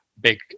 big